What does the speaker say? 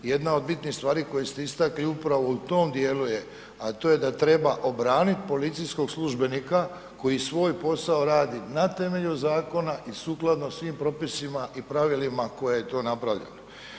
Jedna od bitnih stvari koje ste istakli upravo u tom dijelu je, a to je da treba obraniti policijskog službenika koji svoj posao radi na temelju zakona i sukladno svim propisima i pravilima koje je to napravljeno.